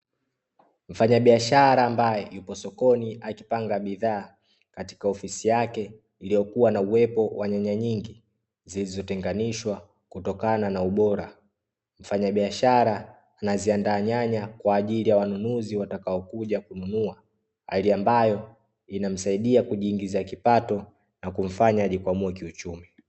Mfanyabiashara ambaye yupo sokoni akipanga bidhaa, katika ofisi yake iliyokua na uwepo wa nyanya nyingi, zilizotenganishwa kutokana na ubora. Mfanyabiashara anaziandaa nyanya, kwa ajili ya wanunuzi watakaokuja kununua, hali ambayo inamsaidia kujiingizia kipato na kumfanya ajikwamue kiuchumi.